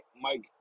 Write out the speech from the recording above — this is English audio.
Mike